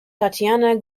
tatiana